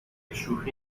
شوخی